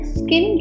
skin